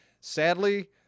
Sadly